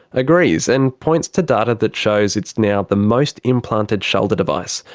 agrees and points to data that shows it's now the most implanted shoulder device,